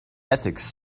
ethics